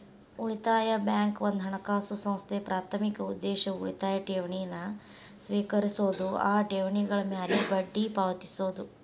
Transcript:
ಉಳಿತಾಯ ಬ್ಯಾಂಕ್ ಒಂದ ಹಣಕಾಸು ಸಂಸ್ಥೆ ಪ್ರಾಥಮಿಕ ಉದ್ದೇಶ ಉಳಿತಾಯ ಠೇವಣಿನ ಸ್ವೇಕರಿಸೋದು ಆ ಠೇವಣಿಗಳ ಮ್ಯಾಲೆ ಬಡ್ಡಿ ಪಾವತಿಸೋದು